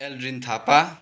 Aldrin Thapa